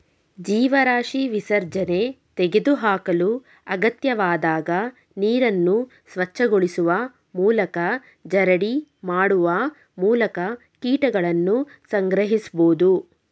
ಜೀವರಾಶಿ ವಿಸರ್ಜನೆ ತೆಗೆದುಹಾಕಲು ಅಗತ್ಯವಾದಾಗ ನೀರನ್ನು ಸ್ವಚ್ಛಗೊಳಿಸುವ ಮೂಲಕ ಜರಡಿ ಮಾಡುವ ಮೂಲಕ ಕೀಟಗಳನ್ನು ಸಂಗ್ರಹಿಸ್ಬೋದು